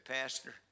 Pastor